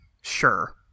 sure